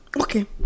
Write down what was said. Okay